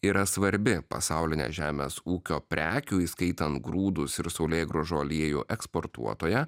yra svarbi pasaulinė žemės ūkio prekių įskaitant grūdus ir saulėgrąžų aliejų eksportuotoja